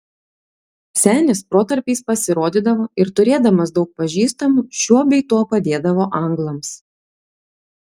senis protarpiais pasirodydavo ir turėdamas daug pažįstamų šiuo bei tuo padėdavo anglams